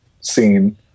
scene